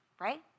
Right